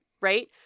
right